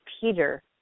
Peter